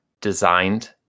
designed